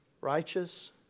Righteous